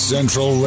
Central